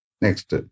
Next